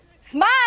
Smile